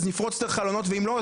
אז ייכנסו דרך החלון ואם לא,